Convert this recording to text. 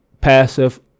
passive